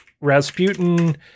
Rasputin